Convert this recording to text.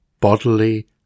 bodily